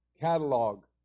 catalog